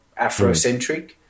Afrocentric